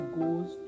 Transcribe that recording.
goes